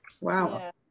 Wow